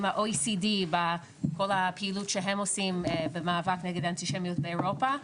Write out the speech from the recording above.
עם ה-OECD כל הפעילות שהם עושים במאבק נגד אנטישמיות באירופה.